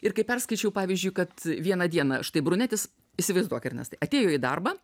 ir kai perskaičiau pavyzdžiui kad vieną dieną štai brunetis įsivaizduok ernestai atėjo į darbą